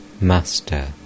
Master